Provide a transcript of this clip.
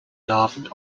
larven